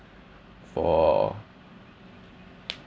for